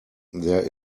there